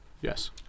Yes